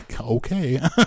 Okay